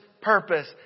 purpose